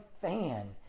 fan